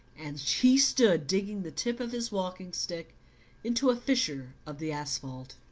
and he stood digging the tip of his walking-stick into a fissure of the asphalt.